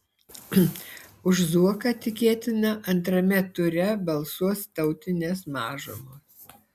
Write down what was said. už zuoką tikėtina antrame ture balsuos tautinės mažumos